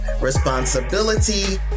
responsibility